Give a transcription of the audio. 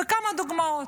כמה דוגמאות,